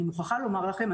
אני מוכרחה לומר לכם,